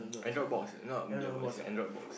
Android box is not a black box is a Android box